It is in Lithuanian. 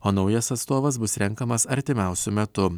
o naujas atstovas bus renkamas artimiausiu metu